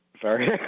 Sorry